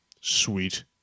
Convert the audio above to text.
Sweet